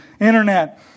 internet